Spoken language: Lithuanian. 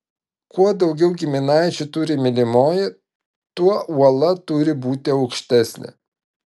kuo daugiau giminaičių turi mylimoji tuo uola turi būti aukštesnė